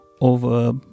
over